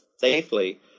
safely